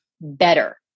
better